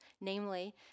namely